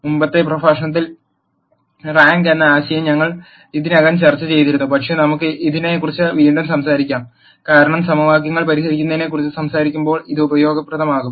മുമ്പത്തെ പ്രഭാഷണത്തിൽ റാങ്ക് എന്ന ആശയം ഞങ്ങൾ ഇതിനകം ചർച്ച ചെയ്തിരുന്നു പക്ഷേ നമുക്ക് ഇതിനെക്കുറിച്ച് വീണ്ടും സംസാരിക്കാം കാരണം സമവാക്യങ്ങൾ പരിഹരിക്കുന്നതിനെക്കുറിച്ച് സംസാരിക്കുമ്പോൾ ഇത് ഉപയോഗപ്രദമാകും